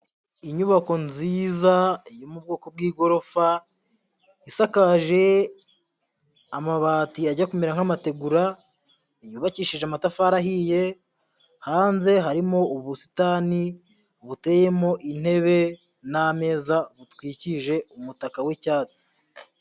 Inyubako nziza yo mu bwoko bw'igorofa isakaje amabati ajya kumera nk'amategura, yubakishije amatafari ahiye hanze harimo ubusitani buteyemo intebe n'ameza butwikije umutaka w'icyatsi.